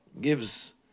gives